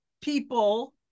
people